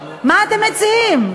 מה אתם מציעים?